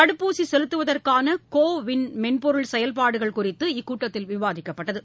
தடுப்பூசிசெலுத்துவதற்கானகோ விள் மென்பொருள் செயல்பாடுகள் குறித்து இக்கூட்டத்தில் விவாதிக்கப்பட்டது